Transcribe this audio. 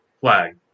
flag